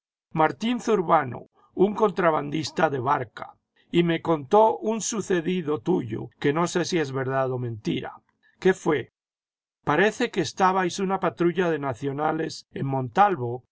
martín zurbano un contrabandista de varea y me contó un sucedido tuyo que no sé si es verdad o mentira qué fué parece que estabais una patrulla de nacionales en montalvo